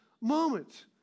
moment